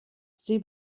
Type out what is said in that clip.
sie